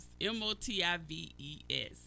M-O-T-I-V-E-S